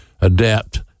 adapt